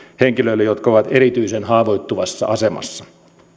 henkilöille jotka ovat erityisen haavoittuvassa asemassa